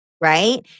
right